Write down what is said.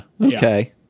okay